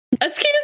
Excuse